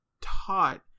taught